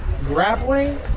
grappling